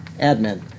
Admin